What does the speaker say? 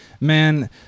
man